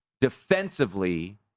defensively